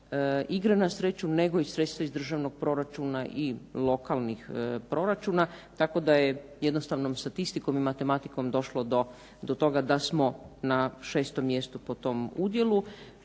igre na sreću nego i sredstva iz državnog proračuna i lokalnih proračuna. Tako da je jednostavnom statistikom i matematikom došlo do toga da smo na 6. mjestu po tom udjelu.